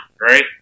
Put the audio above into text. right